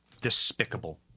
Despicable